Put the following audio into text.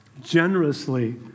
generously